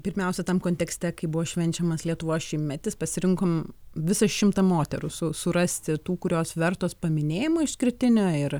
pirmiausia tam kontekste kai buvo švenčiamas lietuvos šimtmetis pasirinkom visą šimtą moterų su surasti tų kurios vertos paminėjimo išskirtinio ir